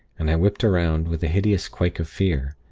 and i whipped round, with a hideous quake of fear.